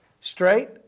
straight